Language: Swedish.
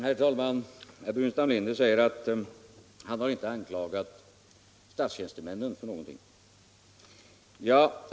: Herr talman! Herr Burenstam Linder säger att han har inte anklagat statstjänstemännen för någonting.